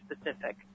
specific